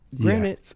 Granted